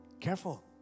Careful